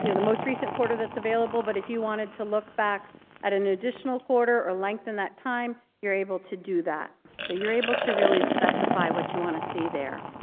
you know the most recent quarter that's available. but if you wanted to look back at an additional quarter or length in that time, you're able to do that. you're able to really specify what you want to see there.